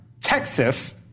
Texas